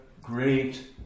great